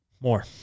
More